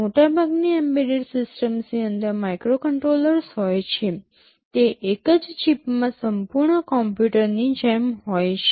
મોટા ભાગની એમ્બેડેડ સિસ્ટમ્સની અંદર માઇક્રોકન્ટ્રોલર્સ હોય છે તે એક જ ચિપમાં સંપૂર્ણ કમ્પ્યુટરની જેમ હોય છે